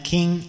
King